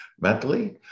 mentally